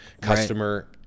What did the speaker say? customer